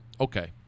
Okay